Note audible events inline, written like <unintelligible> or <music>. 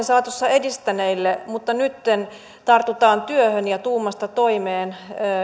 <unintelligible> saatossa edistäneille mutta nytten tartutaan työhön ja tuumasta toimeen